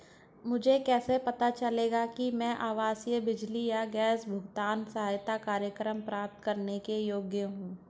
मुझे कैसे पता चलेगा कि मैं आवासीय बिजली या गैस भुगतान सहायता कार्यक्रम प्राप्त करने के योग्य हूँ?